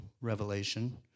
revelation